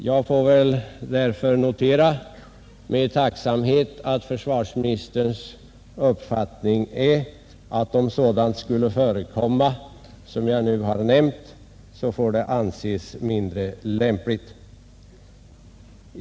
Jag får därför med tacksamhet notera att försvarsministerns uppfattning är att om sådant skulle förekomma som jag nu nämnt får det anses mindre lämpligt.